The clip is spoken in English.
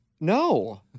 No